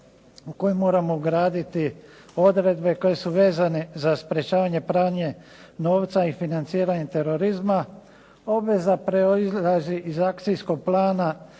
u koje moramo ugraditi odredbe koje su vezane za sprečavanje i pranje novca i financiranje terorizma. Obveza proizlazi iz Akcijskog plana